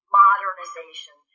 modernization